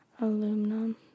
Aluminum